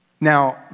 Now